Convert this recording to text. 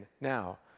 now